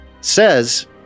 says